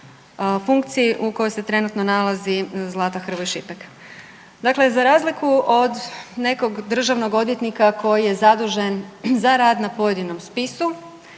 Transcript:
funkciji u kojoj se trenutno nalazi Zlata Hrvoj Šipek. Dakle, za razliku od nekog državnog odvjetnika koji je zadužen za rad na pojedinom spisu